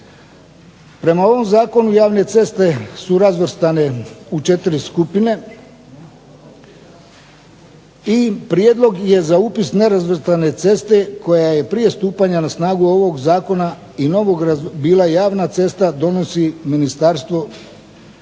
Prema ovom zakonu javne ceste su razvrstane u 4 skupine i prijedlog je za upis nerazvrstane ceste koja je prije stupanja na snagu ovog zakona i novog bila javna cesta donosi Ministarstvo